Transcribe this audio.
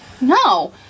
No